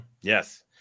Yes